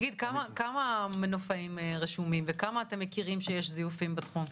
כמה מנופאים רשומים וכמה אתם מכירים זיופים בתחום?